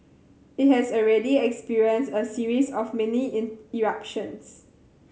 it has already experienced a series of mini eruptions